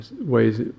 ways